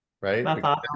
right